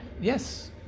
Yes